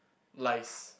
lies